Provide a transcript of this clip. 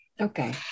Okay